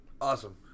Awesome